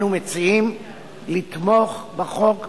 אנחנו מציעים לתמוך בחוק.